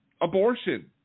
abortion